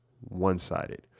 one-sided